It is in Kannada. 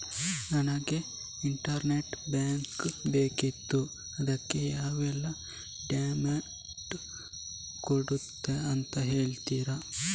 ನನಗೆ ಇಂಟರ್ನೆಟ್ ಬ್ಯಾಂಕ್ ಬೇಕಿತ್ತು ಅದಕ್ಕೆ ಯಾವೆಲ್ಲಾ ಡಾಕ್ಯುಮೆಂಟ್ಸ್ ಕೊಡ್ಬೇಕು ಅಂತ ಹೇಳ್ತಿರಾ?